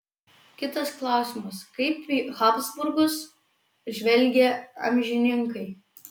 kitas klausimas kaip į habsburgus žvelgė amžininkai